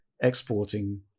Exporting